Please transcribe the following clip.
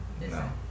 No